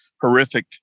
horrific